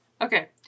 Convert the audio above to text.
Okay